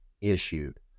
issued